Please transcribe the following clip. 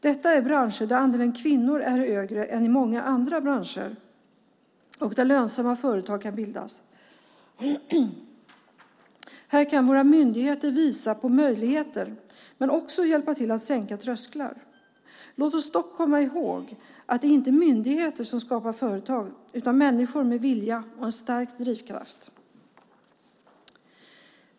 Detta är branscher där andelen kvinnor är högre än i många andra branscher och där lönsamma företag kan bildas. Här kan våra myndigheter visa på möjligheter men också hjälpa till att sänka trösklar. Låt oss dock komma ihåg att det inte är myndigheter som skapar företag utan människor med vilja och stark drivkraft.